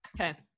Okay